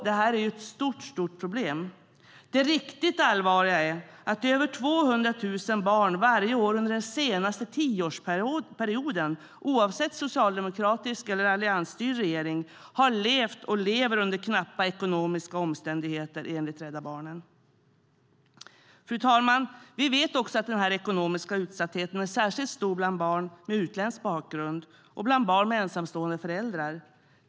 Det här är ett stort problem. Det riktigt allvarliga är att enligt Rädda Barnen över 200 000 barn varje år under den senaste tioårsperioden, oavsett om det varit socialdemokratisk eller alliansstyrd regering, har levt och lever under knappa omständigheter. Fru talman! Vi vet också att den ekonomiska utsattheten är särskilt stor bland barn med utländsk bakgrund och barn med ensamstående föräldrar.